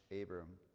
Abram